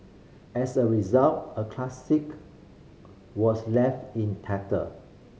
as a result a classic was left in tatter